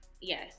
Yes